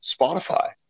spotify